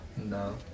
No